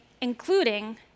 including